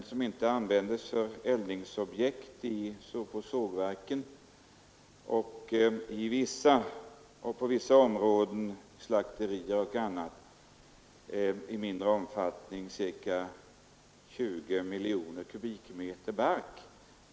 bark, som inte används för eldning annat än vid slakterier eller på andra områden i mindre omfattning utan